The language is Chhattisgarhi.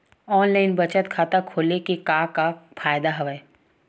ऑनलाइन बचत खाता खोले के का का फ़ायदा हवय